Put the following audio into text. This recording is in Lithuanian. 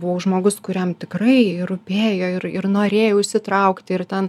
buvau žmogus kuriam tikrai ir rūpėjo ir ir norėjau įsitraukti ir ten